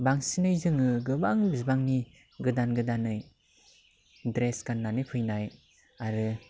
बांसिनै जोङो गोबां बिबांनि गोदान गोदानै ड्रेस गाननानै फैनाय आरो